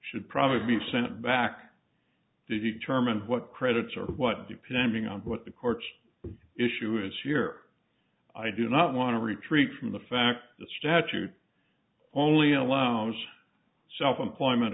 should probably be sent back to determine what credit or what depending on what the court's issue is here i do not want to retreat from the fact the statute only allows for self employment